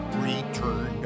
returned